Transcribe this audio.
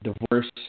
divorce